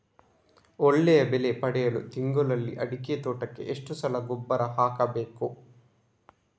ಒಳ್ಳೆಯ ಬೆಲೆ ಪಡೆಯಲು ತಿಂಗಳಲ್ಲಿ ಅಡಿಕೆ ತೋಟಕ್ಕೆ ಎಷ್ಟು ಸಲ ಗೊಬ್ಬರ ಹಾಕಬೇಕು?